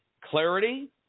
clarity